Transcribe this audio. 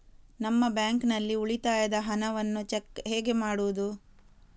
ನಮ್ಮ ಬ್ಯಾಂಕ್ ನಲ್ಲಿ ಉಳಿತಾಯದ ಹಣವನ್ನು ಚೆಕ್ ಹೇಗೆ ಮಾಡುವುದು?